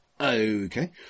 Okay